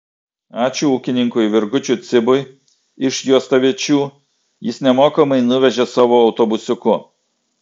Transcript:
ačiū ūkininkui virgučiui cibui iš juostaviečių jis nemokamai nuvežė savo autobusiuku